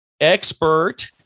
expert